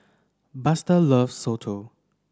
Buster loves Soto